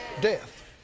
death.